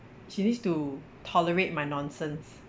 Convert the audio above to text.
she needs to tolerate my nonsense